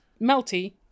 melty